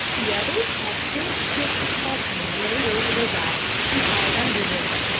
the others have big strips of cotton laid over their backs and tied under them,